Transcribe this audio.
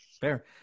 Fair